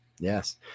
Yes